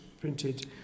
printed